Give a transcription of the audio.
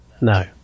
No